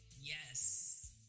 Yes